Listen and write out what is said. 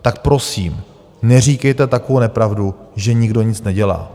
Tak prosím, neříkejte takovou nepravdu, že nikdo nic nedělá.